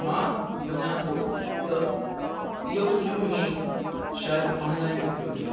मां मञा थो त इहो बि सॼो मिशन शायदि ऑनलाइन ई पियो थिए